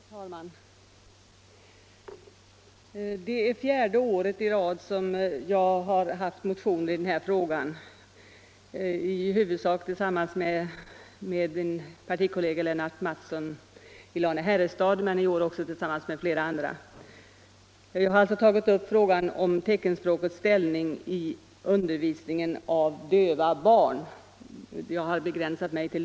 Herr talman! Det är fjärde året i rad som jag har en motion i denna fråga. Tidigare år har jag väckt motionen tillsammans med min partikollega Lennart Mattsson i Lane-Herrestad men i år tillsammans med flera andra. Jag har alltså tagit upp frågan om teckenspråkets ställning i undervisningen av döva barn.